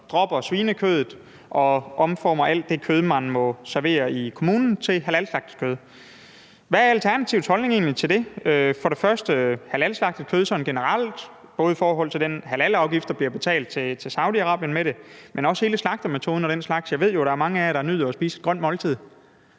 dropper svinekødet og ændrer det kød, man må servere i kommunen, til halalslagtet kød. Hvad er Alternativets holdning egentlig til det – altså både til halalslagtet kød sådan generelt, bl.a. i forhold til den halalafgift, der bliver betalt til Saudi-Arabien ved det, men også til hele slagtemetoden og den slags? Jeg ved jo, at der er mange af jer, der nyder at spise et godt måltid.